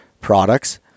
products